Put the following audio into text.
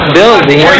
building